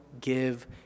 give